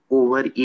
over